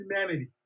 humanity